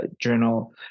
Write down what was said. Journal